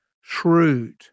shrewd